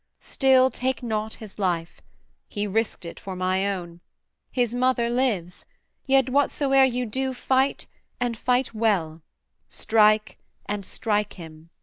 still take not his life he risked it for my own his mother lives yet whatsoe'er you do, fight and fight well strike and strike him.